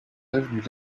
avenue